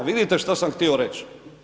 Vidite što sam htio reći.